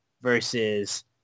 versus